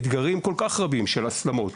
אתגרים כל כך רבים של הסלמה,